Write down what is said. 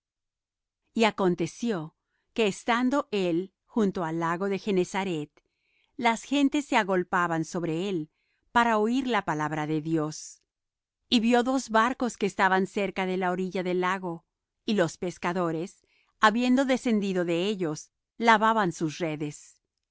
y acontecio que estando él junto al lago de genezaret las gentes se agolpaban sobre él para oir la palabra de dios y vió dos barcos que estaban cerca de la orilla del lago y los pescadores habiendo descendido de ellos lavaban sus redes